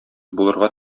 булырга